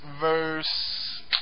verse